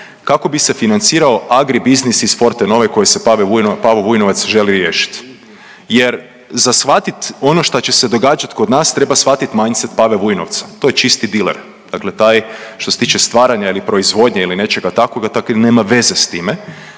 kako bi se financirao agribusiness iz Fortenove koji se Pavo Vujnovac želi riješiti jer za shvatiti ono što će se događati kod nas, treba shvatiti mindset Pave Vujnovca, to je čisti diler. Dakle taj, šta se tiče stvaranja ili proizvodnje ili nečega takvoga, takav nema veze s time,